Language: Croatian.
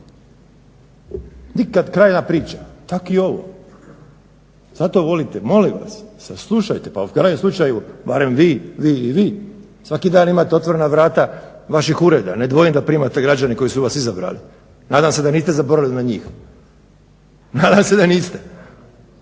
Nikad kraja priči. Tako i ovo. Zato molim vas saslušajte pa u krajnjem slučaju barem vi, vi i vi svaki dan imate otvorenih vrata vaših ureda, ne dvojim da primate građane koji su vas izabrali nadam se da niste zaboravili na njih. Nadam se da niste.